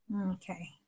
Okay